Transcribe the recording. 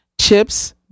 chips